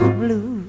blue